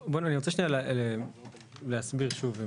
אני רוצה שנייה להסביר שוב,